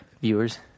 Viewers